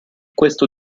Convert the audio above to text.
questo